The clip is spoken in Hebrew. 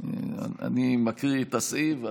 אני מקריא את הסעיף,